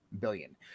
billion